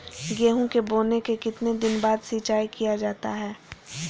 गेंहू के बोने के कितने दिन बाद सिंचाई किया जाता है?